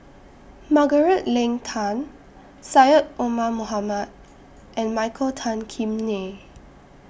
Margaret Leng Tan Syed Omar Mohamed and Michael Tan Kim Nei